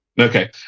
Okay